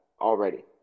already